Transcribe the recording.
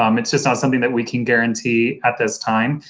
um it's just not something that we can guarantee at this time.